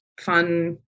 fun